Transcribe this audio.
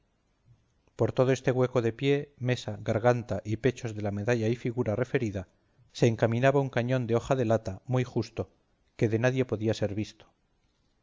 por todo este hueco de pie mesa garganta y pechos de la medalla y figura referida se encaminaba un cañón de hoja de lata muy justo que de nadie podía ser visto